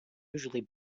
usually